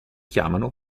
chiamano